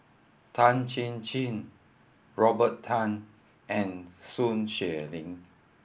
Tan Chin Chin Robert Tan and Sun Xueling